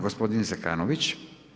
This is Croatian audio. Gospodin Zekanović.